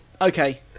okay